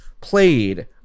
played